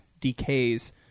decays